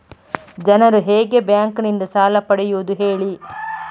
ಜನರು ಹೇಗೆ ಬ್ಯಾಂಕ್ ನಿಂದ ಸಾಲ ಪಡೆಯೋದು ಹೇಳಿ